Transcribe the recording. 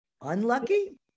Unlucky